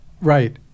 Right